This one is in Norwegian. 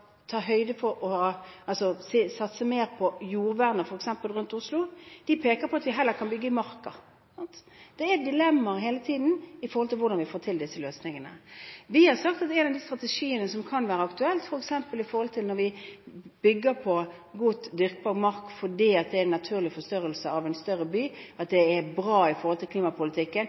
ta høyde for å satse mer på jordvernet f.eks. rundt Oslo, peker på at vi heller kan bygge i Marka. Det er dilemmaer hele tiden når det gjelder hvordan vi løser slike spørsmål. Vi har f.eks. sagt at en strategi som kan være aktuell når vi bygger på godt dyrkbar mark, fordi det er en naturlig forstørrelse av en større by, er bra klimapolitikk og gir bedre kollektivløsninger, er å finne erstatningsjord som kan opparbeides. Det er